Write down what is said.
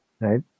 Right